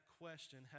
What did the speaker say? question